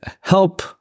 help